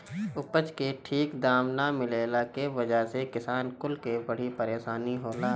उपज के ठीक दाम ना मिलला के वजह से किसान कुल के बड़ी परेशानी होला